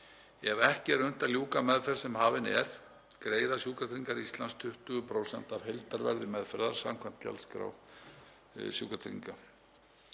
Ef ekki er unnt að ljúka meðferð sem hafin er greiða Sjúkratryggingar Íslands 20% af heildarverði meðferðar samkvæmt gjaldskrá sjúkratrygginga.